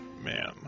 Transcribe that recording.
Man